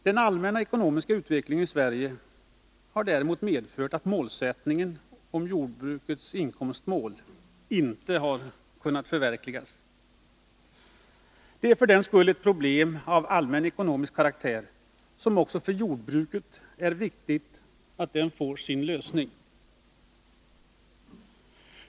Den allmänna ekonomiska utvecklingen i Sverige har däremot medfört att jordbrukets inkomstmål inte har kunnat förverkligas. Det är för den skull ett problem av allmän ekonomisk karaktär, men det är viktigt också för jordbruket att det får sin lösning.